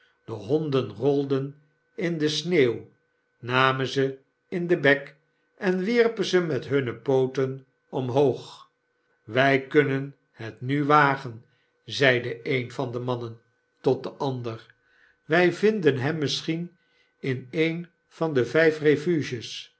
de honden rolden in de sneeuw namen ze in den bek en wierpen ze met hunne pooten omhoog b wy kunnen het nu wagen zeide een van de mannen tot den ander wij vinden hem misschien in een van de vyf